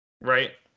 Right